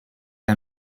are